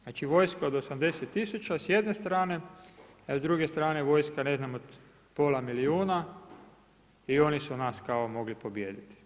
Znači vojska od 80 tisuća s jedne strane, a s druge strane vojska ne znam od pola milijuna i oni su nas kao mogli pobijediti.